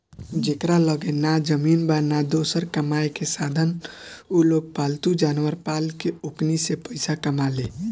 जेकरा लगे ना जमीन बा, ना दोसर कामायेके साधन उलोग पालतू जानवर पाल के ओकनी से पईसा कमाले